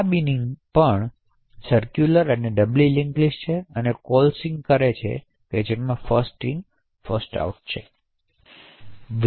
આ બિનિંગ પણ સરક્યુલર અને ડબલી લિસ્ટ છે અને કોલસીંગ કરે છે અને તેમાં ફર્સ્ટ ઇન ફર્સ્ટ છે